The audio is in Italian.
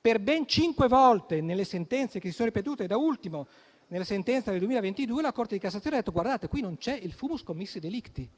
Per ben cinque volte, nelle sentenze che si sono ripetute (da ultimo nella sentenza del 2022), la Corte di cassazione ha detto che non c'era il *fumus commissi delicti*